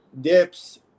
dips